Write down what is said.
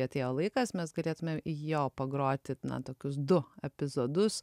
atėjo laikas mes galėtumėm jo pagroti na tokius du epizodus